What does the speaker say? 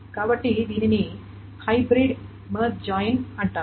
కాబట్టి దీనిని hybrid merge join అంటారు